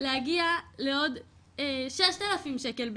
להגיע לעוד ששת אלפים שקל בחודש,